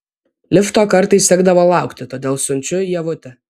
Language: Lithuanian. lifto kartais tekdavo laukti todėl siunčiu ievutę